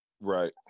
Right